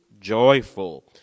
joyful